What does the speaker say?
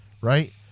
right